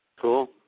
Cool